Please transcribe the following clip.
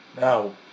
Now